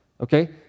Okay